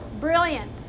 Brilliant